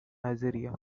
nigeria